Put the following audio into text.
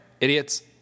idiots